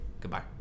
Goodbye